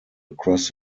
across